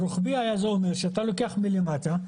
הרחבי זה אומר שאתה לוקח מלמטה,